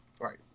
Right